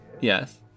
Yes